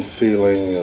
feeling